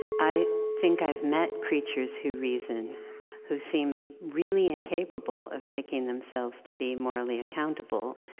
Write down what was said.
i think i've met creatures who reason who seem really incapable of taking themselves to be morally accountable.